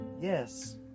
Yes